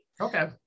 Okay